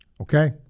Okay